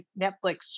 netflix